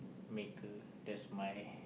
maker that's my